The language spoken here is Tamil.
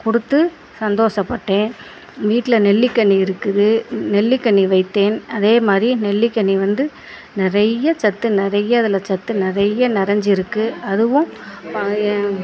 கொடுத்து சந்தோஷப்பட்டேன் வீட்டில் நெல்லிக்கனி இருக்குது நெல்லிக்கனி வைத்தேன் அதே மாதிரி நெல்லிக்கனி வந்து நிறைய சத்து நிறைய அதில் சத்து நிறைய நிரஞ்சி இருக்கு அதுவும் பா ஏன்